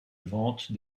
vente